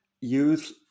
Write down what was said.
use